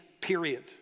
period